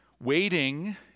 Waiting